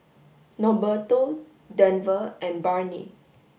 Norberto Denver and Barnie